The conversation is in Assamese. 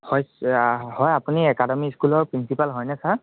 হয় ছাৰ হয় আপুনি একাডেমী স্কুলৰ প্ৰিঞ্চিপাল হয়নে ছাৰ